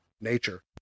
nature